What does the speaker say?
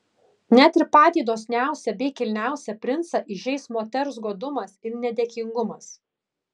net ir patį dosniausią bei kilniausią princą įžeis moters godumas ir nedėkingumas